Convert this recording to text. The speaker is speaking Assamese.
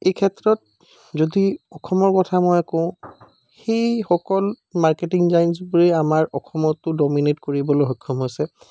এই ক্ষেত্ৰত যদি অসমৰ কথা যদি কওঁ সেইসকল মাৰ্কেটিং জাইণ্টছবোৰে আমাৰ অসমতো ডমিনেট কৰিবলৈ সক্ষম হৈছে